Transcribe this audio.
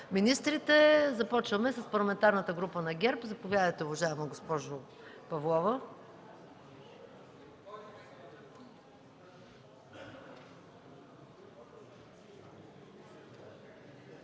министрите. Започваме с Парламентарната група на ГЕРБ. Заповядайте, уважаема госпожо Павлова.